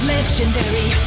Legendary